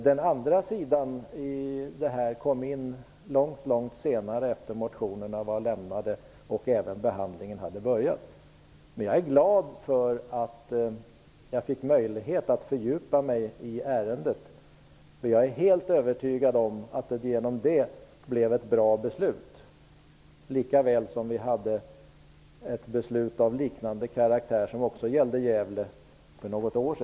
Den andra sidan här blev aktuell långt efter det att motionerna var lämnade och behandlingen hade börjat. Men jag är glad över att jag fick möjlighet att fördjupa mig i ärendet. Jag är nämligen helt övertygad om att det därigenom blev ett bra beslut -- precis som för något år sedan när det gällde ett beslut av liknande karaktär och som också rörde